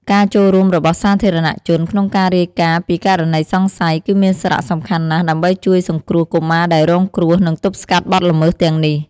ការចូលរួមរបស់សាធារណជនក្នុងការរាយការណ៍ពីករណីសង្ស័យ គឺមានសារៈសំខាន់ណាស់ ដើម្បីជួយសង្គ្រោះកុមារដែលរងគ្រោះ និងទប់ស្កាត់បទល្មើសទាំងនេះ។